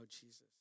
Jesus